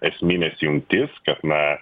esmines jungtis kad na